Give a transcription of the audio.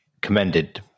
commended